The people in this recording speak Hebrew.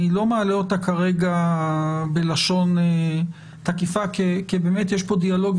אני לא מעלה אותה כרגע בלשון תקיפה כי באמת יש פה דיאלוג,